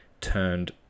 turned